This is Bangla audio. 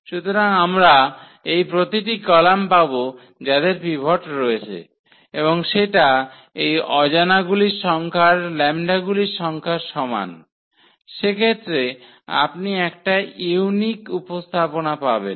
সুতরাং আমরা এই প্রতিটি কলাম পাব যাদের পিভট রয়েছে এবং সেটা এই অজানা গুলির সংখ্যার λ গুলির সংখ্যার সমান সেক্ষেত্রে আপনি একটা ইউনিক উপস্থাপনা পাবেন